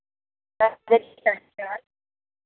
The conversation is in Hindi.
सरजरी